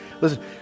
Listen